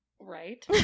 right